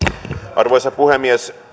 arvoisa puhemies